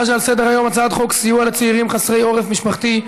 חוק סיוע לצעירים חסרי עורף משפחתי,